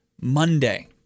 Monday